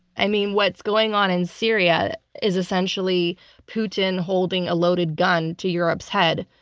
i mean, what's going on in syria is essentially putin holding a loaded gun to europe's head.